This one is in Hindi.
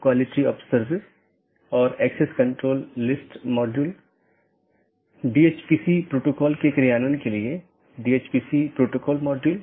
तो मैं AS1 से AS3 फिर AS4 से होते हुए AS6 तक जाऊँगा या कुछ अन्य पाथ भी चुन सकता हूँ